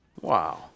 wow